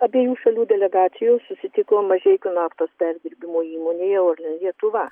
abiejų šalių delegacijos susitiko mažeikių naftos perdirbimo įmonėje orlen lietuva